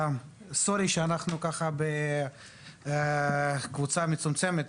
מצטער שאנחנו בקבוצה מצומצמת,